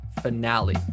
finale